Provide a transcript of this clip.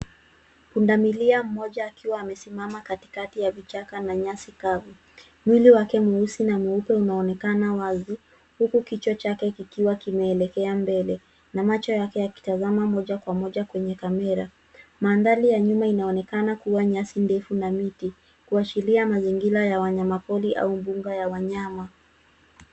Pundamilia mmoja akiwa akisimama katikati ya vichaka na nyasi kavu. Mwili wake mweusi na mweupe unaonekana wazi. Huku kichwa chake kikiwa kimeelekea mbele na macho yake yakitazama moja kwa moja kwenye kamera. Mandhari ya nyuma inaoneka kuwa nyasi ndefu na miti .Kuashiria mazingira ya wanyama pori au bunga la wanyama.